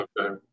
Okay